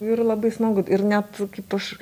ir labai smagu ir net kaip aš